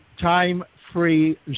time-free